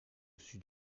sud